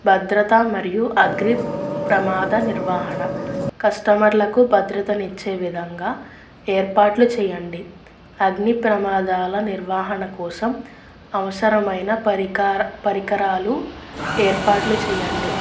భద్రత మరియు అగ్ని ప్రమాద నిర్వాహణ కస్టమర్లకు భద్రతనిచ్చే విధంగా ఏర్పాట్లు చెయ్యండి అగ్ని ప్రమాదాల నిర్వాహణ కోసం అవసరమైన పరికార పరికరాలు ఏర్పాట్లు చెయ్యండి